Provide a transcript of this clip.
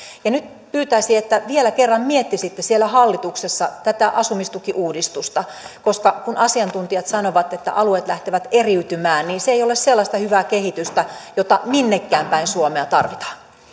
nyt pyytäisin että vielä kerran miettisitte siellä hallituksessa tätä asumistukiuudistusta koska kun asiantuntijat sanovat että alueet lähtevät eriytymään niin se ei ole sellaista hyvää kehitystä jota minnekään päin suomea tarvitaan nyt myönnän